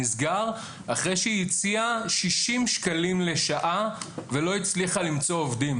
נסגר אחרי שהציע 60 שקלים לשעה ולא הצליח למצוא עובדים.